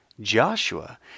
Joshua